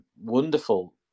wonderful